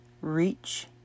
reach